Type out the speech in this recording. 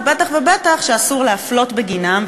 ובטח ובטח שאסור להפלות בגינם,